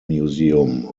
museum